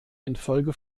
infolge